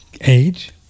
age